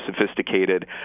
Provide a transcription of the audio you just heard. sophisticated